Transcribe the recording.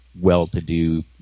well-to-do